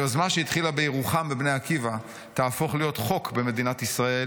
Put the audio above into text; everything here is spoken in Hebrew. היוזמה שהתחילה בבני עקיבא בירוחם תהפוך להיות חוק במדינת ישראל